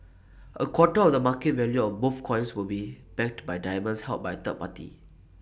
A quarter of the market value of both coins will be backed by diamonds held by third party